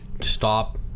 stop